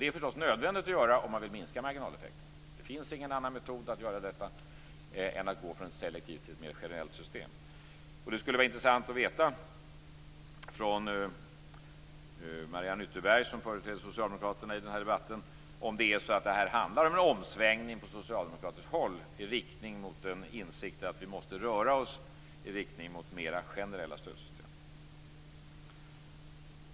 Det är förstås nödvändigt att göra om man vill minska marginaleffekterna. Det finns ingen annan metod för detta än att gå från ett selektivt till ett mera generellt system. Det skulle vara intressant att höra från Mariann Ytterberg om det handlar om en omsvängning från socialdemokraterna i riktning mot en insikt om att vi måste gå mot mera generella stödsystem.